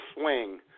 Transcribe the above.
swing